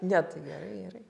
ne tai gerai gerai